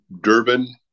Durban